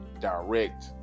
direct